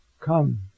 Come